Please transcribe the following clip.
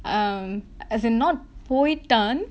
um as in not போயிட்டான்:poyittaan